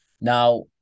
Now